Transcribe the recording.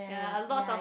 ya lots of